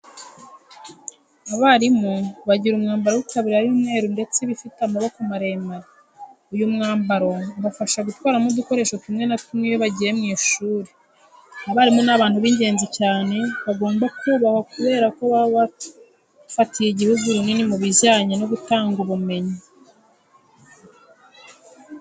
Abarimu bagira umwambaro w'itaburiya y'umweru ndetse iba ifite amaboko maremare. Uyu mwambaro ubafasha gutwaramo udukoresho tumwe na tumwe iyo bagiye mu ishuri. Abarimu ni abantu b'ingenzi cyane bagomba kubahwa kubera ko baba bafatiye igihugu runini mu bijyanye no gutanga ubumenyi.